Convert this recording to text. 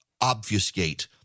obfuscate